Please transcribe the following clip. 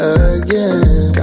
again